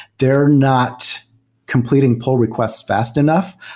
they're not completing pull requests fast enough.